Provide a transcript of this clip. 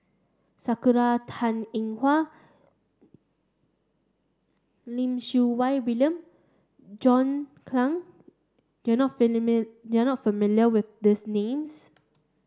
Sakura Teng Ying Hua Lim Siew Wai William John Clang you are not you are not familiar with these names